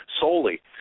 solely